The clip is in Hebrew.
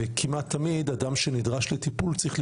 אדם שנדרש לטיפול צריך,